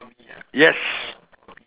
yes